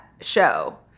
show